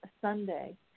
Sunday